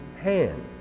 hand